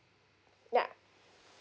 yeah